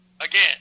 Again